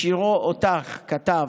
בשירו אותך כתב: